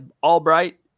Albright